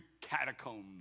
catacombs